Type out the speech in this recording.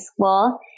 school